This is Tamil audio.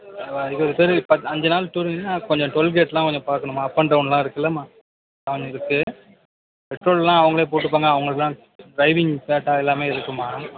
அஞ்சு நாள் டூர்ன்னா கொஞ்சம் டோல்கேட்லாம் கொஞ்சம் பார்க்கணுமா அப் அண்ட் டௌன்லாம் இருக்குலமா இருக்கு பெட்ரோலாம் அவங்களே போட்டுப்பாங்க அவங்களுக்லாம் ட்ரைவிங் பேட்டா எல்லாமே இருக்குமா